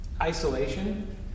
isolation